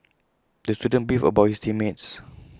the student beefed about his team mates